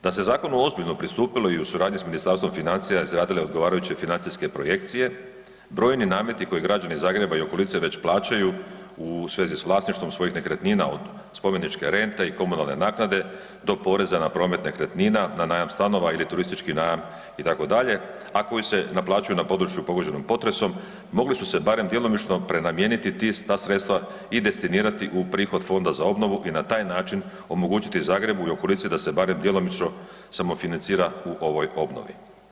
Da se zakonu ozbiljno pristupilo i u suradnji sa Ministarstvom financija i izradile ogovarajuće financijske projekcije brojni nameti koje građani Zagreba i okolice već plaćaju u vezi s vlasništvom svojih nekretnina od spomeničke rente i komunalne naknade do poreza na promet nekretnina, na najam stanova ili turistički najam itd., a koji se naplaćuju na području pogođenom potresom mogli su se barem djelomično prenamijeniti ta sredstva i destinirati u prihod Fonda za obnovu i na taj način omogućiti Zagrebu i okolici da se barem djelomično samofinancira u ovoj obnovi.